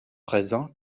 présent